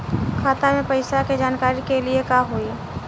खाता मे पैसा के जानकारी के लिए का होई?